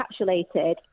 encapsulated